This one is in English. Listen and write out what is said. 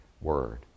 Word